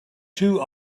two